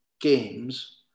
games